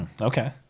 Okay